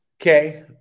Okay